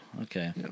okay